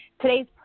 Today's